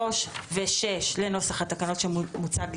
3 ו-6 לנוסח התקנות שמוצג לפניכם.